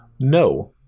No